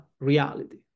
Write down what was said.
reality